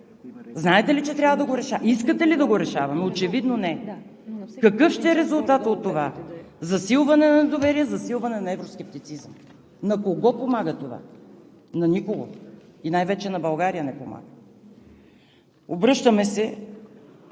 Знаете ли, че трябва да го решаваме, искате ли да го решаваме? Очевидно не. Какъв ще е резултатът от това – засилване на недоверието, засилване на евроскептицизма. На кого помага това? На никого. И най-вече на България не помага. Обръщаме се